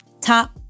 top